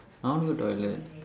I want to go toilet